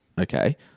Okay